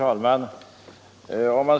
Herr talman!